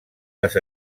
les